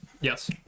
Yes